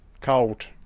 cold